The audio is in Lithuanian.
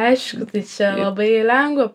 aišku tai čia labai lengva